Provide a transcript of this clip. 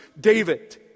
David